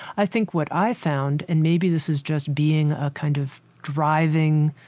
i think what i found and maybe this is just being a kind of driving,